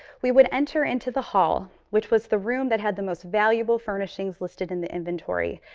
we would enter into the hall, which was the room that had the most valuable furnishings listed in the inventory,